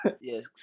Yes